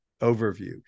overview